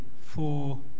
four